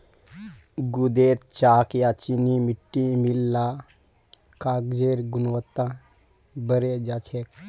गूदेत चॉक या चीनी मिट्टी मिल ल कागजेर गुणवत्ता बढ़े जा छेक